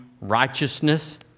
righteousness